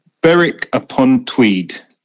Berwick-upon-Tweed